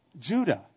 Judah